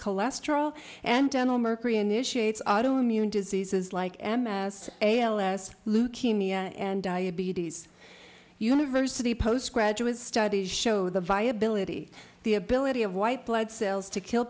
cholesterol and dental mercury initiate auto immune diseases like am as a ls leukemia and diabetes university postgraduate studies show the viability the ability of white blood cells to kill